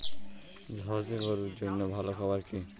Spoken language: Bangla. জার্শি গরুর জন্য ভালো খাবার কি হবে?